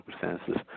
circumstances